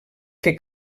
que